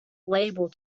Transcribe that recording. label